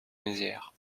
mézières